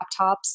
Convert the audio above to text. laptops